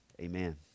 amen